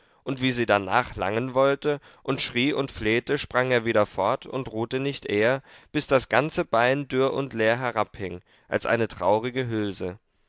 und wie sie danach langen wollte und schrie und flehte sprang er wieder fort und ruhte nicht eher bis das ganze bein dürr und leer herabhing als eine traurige hülse